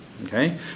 okay